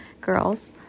girls